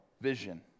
vision